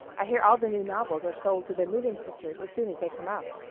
i hear all the new novels are sold to the moving pictures as soon as they come out.